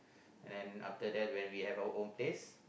and after that when we have our own place